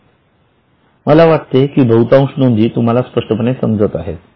मला वाटते की बहुतांश नोंदी तुम्हाला स्पष्टपणे समजत आहेत